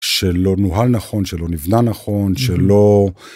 שלא נוהל נכון, שלא נבנה נכון, שלא...